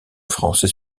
français